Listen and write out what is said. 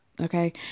Okay